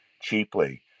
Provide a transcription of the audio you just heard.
cheaply